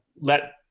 let